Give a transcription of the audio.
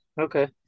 okay